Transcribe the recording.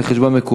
אנחנו, כמובן,